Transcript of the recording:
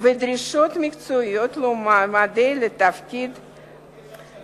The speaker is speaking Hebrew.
ודרישות מקצועיות למועמדים לתפקידים אלה.